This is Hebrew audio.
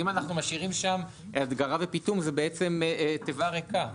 אז אם אנחנו משאירים שם הדגרה ופיטום זה בעצם תיבה ריקה,